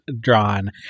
drawn